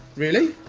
really?